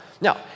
Now